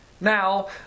Now